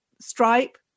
Stripe